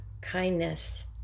kindness